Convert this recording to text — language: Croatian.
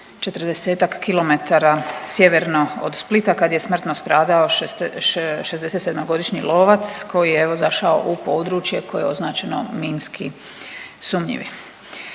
40-tak kilometara sjeverno od Splita kad je smrtno stradao 67.-godišnji lovac koji je evo zašao u područje koje je označeno minski sumnjivim.